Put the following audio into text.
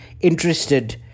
interested